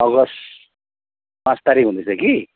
August पाँच तारिख हुँदैछ कि